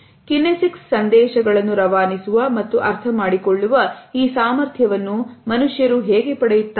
kinesics ಸಂದೇಶಗಳನ್ನು ರವಾನಿಸುವ ಮತ್ತು ಅರ್ಥ ಮಾಡಿಕೊಳ್ಳುವ ಈ ಸಾಮರ್ಥ್ಯವನ್ನು ಮನುಷ್ಯರು ಹೇಗೆ ಪಡೆಯುತ್ತಾರೆ